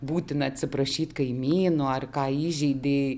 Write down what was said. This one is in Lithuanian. būtina atsiprašyt kaimynų ar ką įžeidei